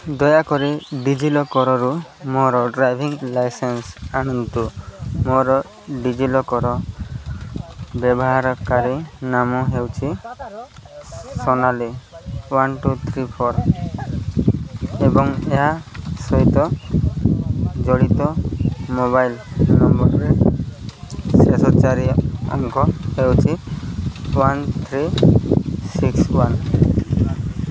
ଦୟାକରି ଡିଜିଲକର୍ରୁ ମୋର ଡ୍ରାଇଭିଂ ଲାଇସେନ୍ସ ଆଣନ୍ତୁ ମୋର ଡିଜିଲକର୍ ବ୍ୟବହାରକାରୀ ନାମ ହେଉଛି Sonali one two three four ଏବଂ ଏହା ସହିତ ଜଡ଼ିତ ମୋବାଇଲ୍ ନମ୍ବର୍ରେ ଶେଷ ଚାରି ଅଙ୍କ ହେଉଚି ୱାନ୍ ଥ୍ରୀ ସିକ୍ସ ୱାନ୍